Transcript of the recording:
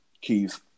Keith